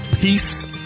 peace